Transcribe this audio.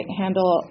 handle